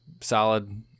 solid